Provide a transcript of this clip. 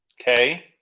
Okay